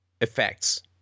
effects